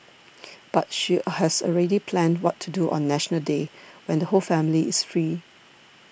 but she has already planned what to do on National Day when the whole family is free